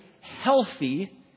healthy